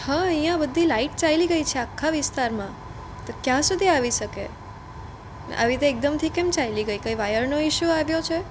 હા અહીંયા બધી લાઇટ ચાલી ગઈ છે આખા વિસ્તારમાં તો ક્યાં સુધી આવી શકે આવી રીતે એકદમથી કેમ ચાલી ગઈ કંઈ વાયરનો ઇશ્યૂ આવ્યો છે